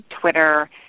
Twitter